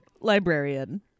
librarian